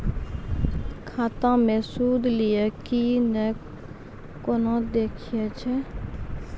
खाता मे सूद एलय की ने कोना देखय छै?